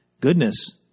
goodness